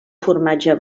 formatge